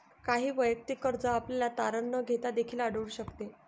काही वैयक्तिक कर्ज आपल्याला तारण न घेता देखील आढळून शकते